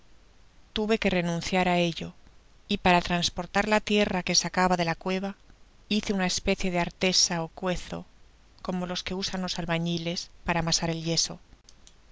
tuve que renunciar á ello y para transportar la tierra que sacaba de la cueva hice una especie de artesa ó cuezo como los que usan los albañiles para amasar el yeso